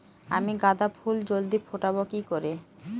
আমি গাঁদা ফুল জলদি ফোটাবো কি করে?